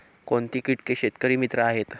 कोणती किटके शेतकरी मित्र आहेत?